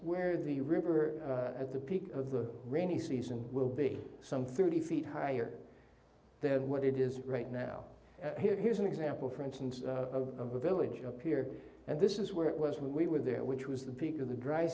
where the river at the peak of the rainy season will be some thirty feet higher than what it is right now here here's an example for instance of a village appear and this is where it was when we were there which was the peak of the dry